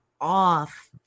off